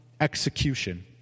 execution